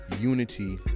unity